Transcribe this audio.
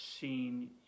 seen